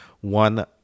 one